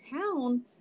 town